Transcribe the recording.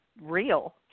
real